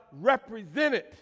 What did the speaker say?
represented